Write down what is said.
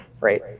right